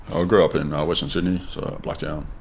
i grew up in and western sydney, so blacktown.